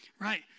Right